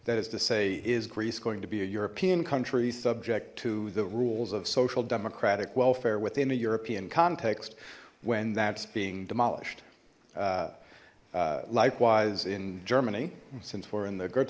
that is to say is greece going to be a european country subject to the rules of social democratic welfare within a european context when that's being demolished likewise in germany since we're in the g